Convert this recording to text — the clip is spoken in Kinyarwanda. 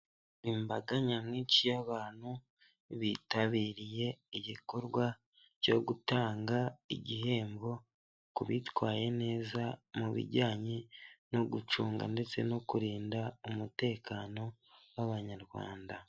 Imbaga nyamwinshi y'abantu, bitabiriye igikorwa cyo gutanga igihembo ku bitwaye neza mu bijyanye no gucunga ndetse no kurinda umutekano w'abanyarwanda.